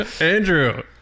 Andrew